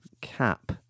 cap